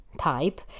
type